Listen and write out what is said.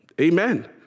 Amen